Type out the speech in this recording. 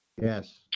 Yes